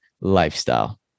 lifestyle